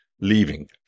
leaving